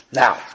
now